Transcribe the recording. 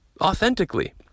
authentically